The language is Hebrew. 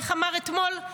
איך אמר אתמול?